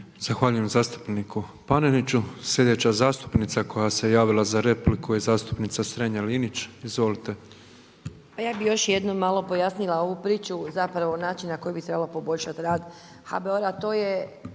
Zahvaljujem zastupniku Paneniću. Sljedeća zastupnica koja se javila za repliku je zastupnica Strenja-Linić. Izvolite. **Strenja, Ines (MOST)** Pa ja bih još jednom malo pojasnila ovu priču zapravo način na koji bi trebalo poboljšati rad HBOR-a,